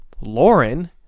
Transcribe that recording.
Lauren